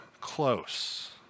close